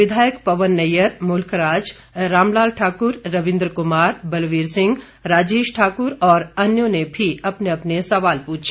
विधायक पवन नैय्यर मुल्ख राज राम लाल ठाकुर रविंद्र कुमार बलबीर सिंह राजेश ठाकुर और अन्य ने भी अपने अपने सवाल पूछे